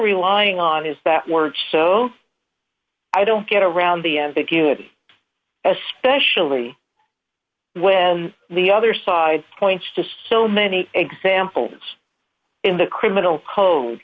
relying on is that word so i don't get around the ambiguity especially when the other side points to so many examples in the criminal code